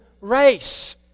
race